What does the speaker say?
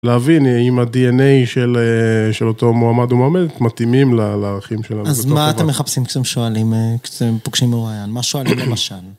להבין אם ה-DNA של אותו מועמד או מועמדת מתאימים לערכים שלנו. אז מה אתם מחפשים כשאתם שואלים, כשאתם פוגשים מרואיין, מה שואלים למשל?